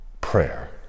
prayer